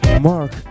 Mark